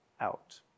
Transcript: out